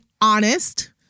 honest